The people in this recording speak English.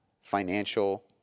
financial